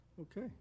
Okay